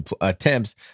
attempts